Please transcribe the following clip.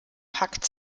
packt